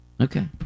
Okay